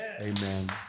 Amen